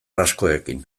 askorekin